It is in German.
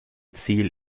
ziel